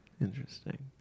Interesting